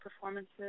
performances